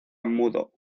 mudo